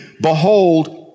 behold